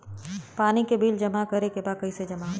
पानी के बिल जमा करे के बा कैसे जमा होई?